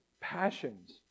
passions